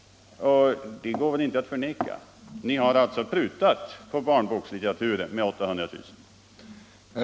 Det går väl inte att förneka att ni har prutat på stödet till barnoch ungdomslitteraturen med 800 000 kr.